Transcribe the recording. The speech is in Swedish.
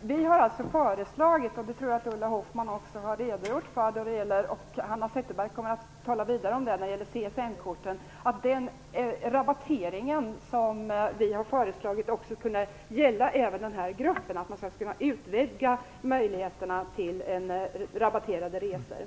Vi har föreslagit - det tror jag Ulla Hoffmann också redogjort för och Hanna Zetterberg kommer att tala vidare för det när det gäller CSN-korten - att den rabattering vi önskar få också skulle kunna gälla den här gruppen. Man skulle alltså utvidga möjligheterna till rabatterade resor.